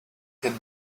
can